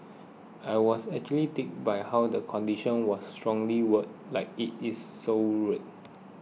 I was actually tickled by how the condition was strongly worded like it is so rude